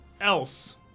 else